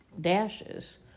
dashes